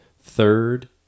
Third